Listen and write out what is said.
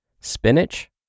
Spinach